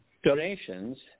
donations